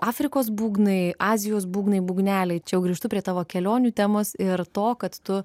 afrikos būgnai azijos būgnai būgneliai čia jau grįžtu prie tavo kelionių temos ir to kad tu